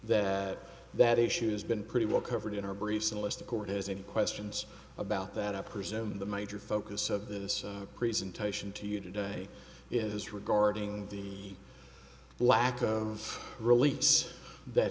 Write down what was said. that that issue has been pretty well covered in our briefs unless the court has any questions about that i presume the major focus of this presentation to you today is regarding the lack of release that